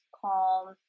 calm